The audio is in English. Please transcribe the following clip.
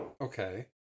okay